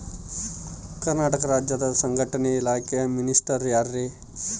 ಕರ್ನಾಟಕ ರಾಜ್ಯದ ಸಂಘಟನೆ ಇಲಾಖೆಯ ಮಿನಿಸ್ಟರ್ ಯಾರ್ರಿ?